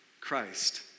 Christ